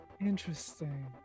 interesting